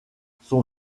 son